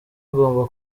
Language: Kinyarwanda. agomba